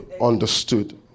understood